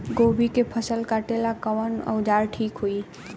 गोभी के फसल काटेला कवन औजार ठीक होई?